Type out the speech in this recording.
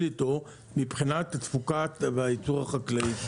איתו מבחינת תפוקת והייצור החקלאי.